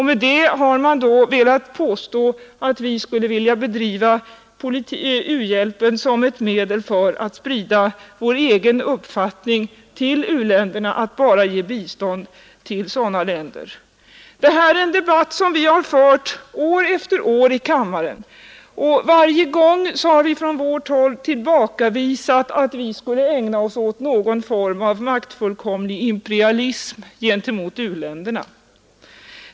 Med detta har man då velat göra gällande att vi skulle vilja använda u-hjälpen som ett medel för att sprida vår egen uppfattning till u-länderna och bara ge bistånd till sådana länder som delar den. Det här är en debatt som förts år efter år i kammaren. Varje gång har vi tillbakavisat påståendena att vi skulle ägna oss åt något slags maktfullkomlig imperialism gentemot u-länderna.